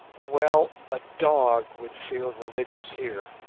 well! a dog would feel religious here